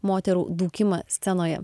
moterų dūkimą scenoje